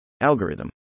Algorithm